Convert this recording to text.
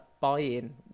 buy-in